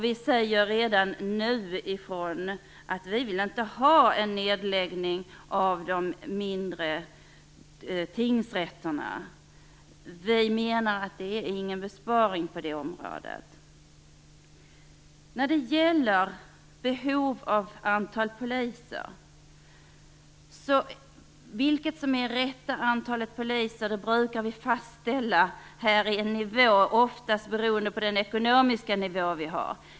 Vi säger redan nu ifrån att vi inte vill ha en nedläggning av de mindre tingsrätterna. Vi menar att det inte innebär någon besparing på detta område. När det gäller behovet av poliser brukar vi fastställa antalet beroende på vilken ekonomi vi har.